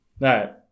right